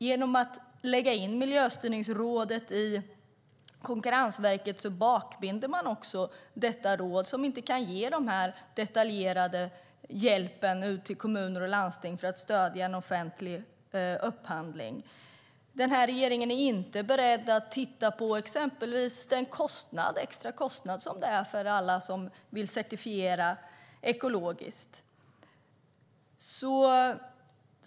Genom att lägga in Miljöstyrningsrådet i Konkurrensverket bakbinder man rådet, som inte kan ge detaljerad hjälp till kommuner och landsting för att stödja en offentlig upphandling. Regeringen är inte beredd att titta på exempelvis den extra kostnad det blir för alla som vill certifiera ekologiskt.